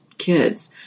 kids